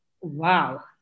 Wow